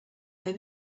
they